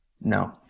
No